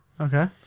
Okay